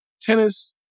tennis